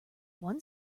one